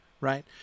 right